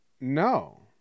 No